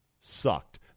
sucked